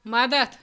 مدد